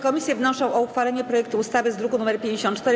Komisje wnoszą o uchwalenie projektu ustawy z druku nr 54.